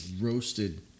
roasted